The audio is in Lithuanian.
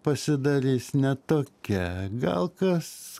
pasidarys ne tokia gal kas